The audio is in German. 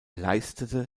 leistete